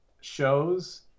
shows